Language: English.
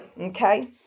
Okay